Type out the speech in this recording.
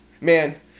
Man